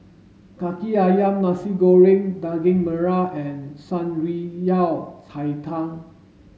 Kaki Ayam Nasi Goreng Daging Merah and Shan Rui Yao Cai Tang